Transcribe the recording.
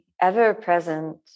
ever-present